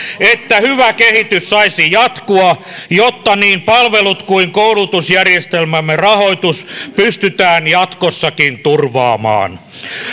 että hyvä kehitys saisi jatkua jotta niin palvelut kuin koulutusjärjestelmämme rahoitus pystytään jatkossakin turvaamaan